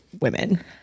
women